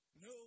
no